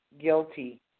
guilty